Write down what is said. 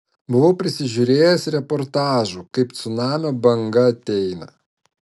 buvau prisižiūrėjęs reportažų kaip cunamio banga ateina